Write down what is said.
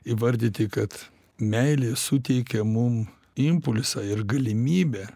įvardyti kad meilė suteikia mum impulsą ir galimybę